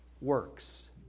works